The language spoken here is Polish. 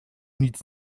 nic